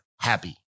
happy